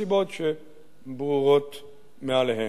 מסיבות שברורות מאליהן.